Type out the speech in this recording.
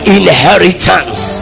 inheritance